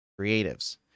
creatives